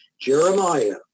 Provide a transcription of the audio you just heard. Jeremiah